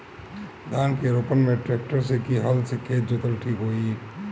धान के रोपन मे ट्रेक्टर से की हल से खेत जोतल ठीक होई?